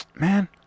Man